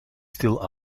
stil